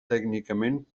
tècnicament